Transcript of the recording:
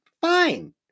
fine